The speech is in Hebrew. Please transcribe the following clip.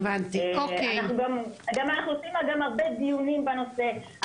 אנחנו עושים גם הרבה דיונים בנושא.